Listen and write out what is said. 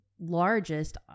largest